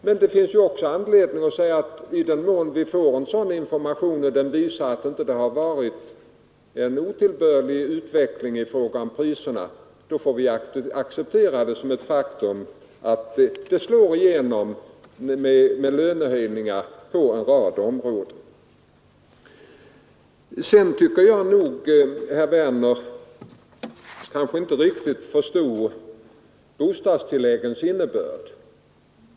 Men det finns också anledning att säga att i den mån informationen visar, att det inte har varit en otillbörlig utveckling i fråga om priserna, får vi acceptera som ett faktum att prishöjningarna slår igenom på slutprodukten. Jag tycker vidare att herr Werner inte riktigt förstod bostadstilläggens innebörd.